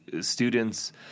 students